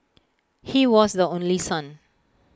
he was the only son